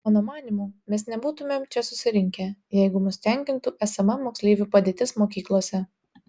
mano manymu mes nebūtumėm čia susirinkę jeigu mus tenkintų esama moksleivių padėtis mokyklose